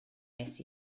nes